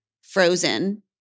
frozen